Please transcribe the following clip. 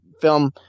film